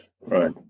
right